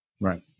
right